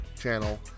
channel